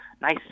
nice